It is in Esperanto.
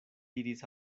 diris